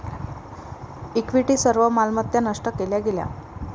equity सर्व मालमत्ता नष्ट केल्या गेल्या